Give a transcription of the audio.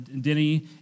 Denny